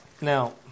Now